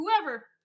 Whoever